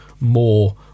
more